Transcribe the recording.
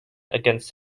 against